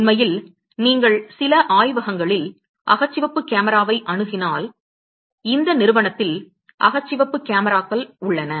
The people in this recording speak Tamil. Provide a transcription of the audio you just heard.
உண்மையில் நீங்கள் சில ஆய்வகங்களில் அகச்சிவப்பு கேமராவை அணுகினால் இந்த நிறுவனத்தில் அகச்சிவப்பு கேமராக்கள் உள்ளன